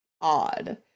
odd